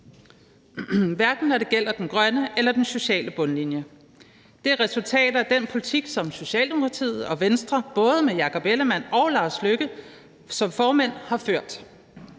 hverken når det gælder den grønne eller den sociale bundlinje. Det er et resultat af den politik, som Socialdemokratiet og Venstre både med Jakob Ellemann-Jensen og Lars Løkke Rasmussen som formænd har ført.